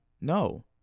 No